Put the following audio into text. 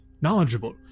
knowledgeable